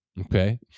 Okay